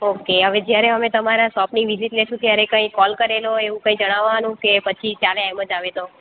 okay જ્યારે હવે તમારા શોપની વિઝિટ લેશું ત્યારે કંઈ કોલ કરેલો કે એવું કંઈ જણાવવાનું કે પછી ચાલે એમ જ આવે તો